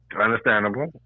understandable